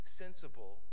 sensible